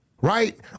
right